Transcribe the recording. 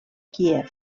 kíev